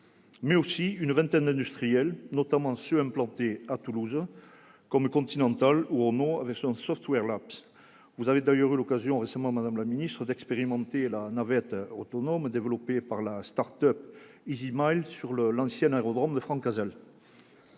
mais aussi une vingtaine d'industriels, dont certains implantés à Toulouse, comme Continental ou Renault avec ses Software Labs. Vous avez récemment eu l'occasion, madame la ministre, d'expérimenter la navette autonome développée par la start-up Easymile sur l'ancien aérodrome de Francazal.